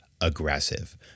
aggressive